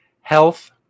Health